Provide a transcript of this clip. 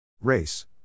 Race